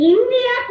India